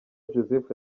joseph